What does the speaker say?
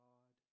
God